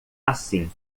assim